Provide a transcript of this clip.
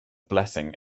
blessing